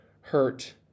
hurt